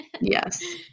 Yes